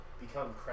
become